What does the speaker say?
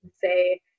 say